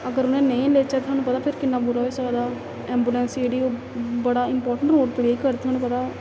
अगर उ'नेंगी नेईं लैचै थुहानूं पता फिर किन्ना बुरा होई सकदा ऐंबुलेंस जेह्ड़ी ओह् बड़ा इपार्टेंट रोल प्ले करदे थुआनूं पता